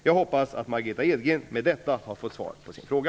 Jag hoppas Margitta Edgren med detta har fått svar på sin fråga.